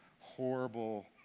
horrible